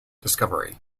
discovery